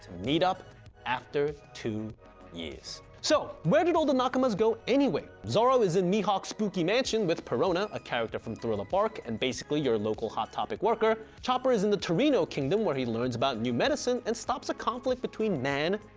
meet up after two years. so where did all the nakamas go anyways? zoro is in mihawk's spooky mansion with perona, a character from thriller bark and basically your local hot topic worker. chopper is in the torino kingdom where he learns about new medicine and stops the conflict between man,